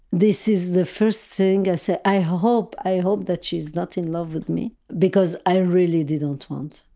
this is the first thing i say, i hope, i hope that she's not in love with me because i really didn't want.